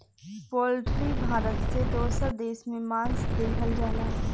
poultry Bharat से दोसर देश में मांस देहल जाला